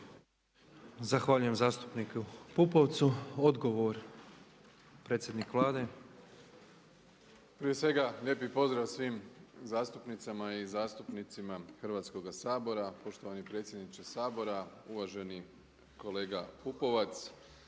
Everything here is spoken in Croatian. Zahvaljujem zastupniku Pupovcu. Odgovor, predsjednik Vlade. **Plenković, Andrej (HDZ)** Prije svega lijepi pozdrav svim zastupnicama i zastupnicima Hrvatskoga sabora, poštovani predsjedniče Sabora, uvaženi kolega Pupovac.